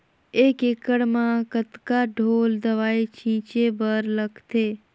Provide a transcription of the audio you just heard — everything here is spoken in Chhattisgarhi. एक एकड़ म कतका ढोल दवई छीचे बर लगथे?